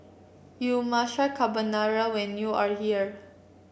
you must try Carbonara when you are here